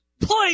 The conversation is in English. Play